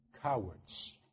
cowards